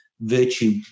virtue